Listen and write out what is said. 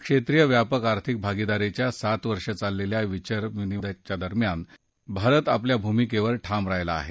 क्षेत्रीय व्यापक आर्थिक भागिदारीच्या सात वर्ष चाललेल्या विचार विनिमयादरम्यान भारत आपल्या भूमिकेवर ठाम राहिला आहे